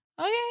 okay